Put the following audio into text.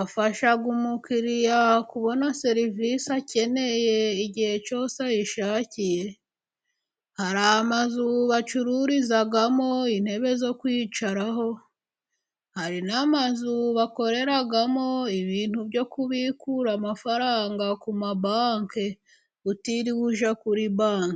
afasha umukiriya kubona serivisi akeneye igihe cyose ayishakiye. Hari amazu bacururizamo intebe zo kwicaraho, hari n'amazu bakoreramo ibintu byo kubikura amafaranga kuri banki utiriwe ujya kuri banki.